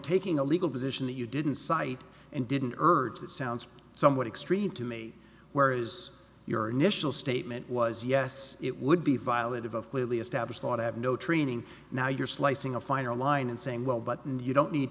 taking a legal position that you didn't cite and didn't urge that sounds somewhat extreme to me where is your initial statement was yes it would be violative of clearly established law to have no training now you're slicing a finer line and saying well buttoned you don't need